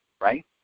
right